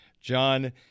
John